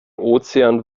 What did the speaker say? ozean